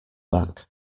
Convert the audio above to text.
back